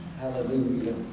Hallelujah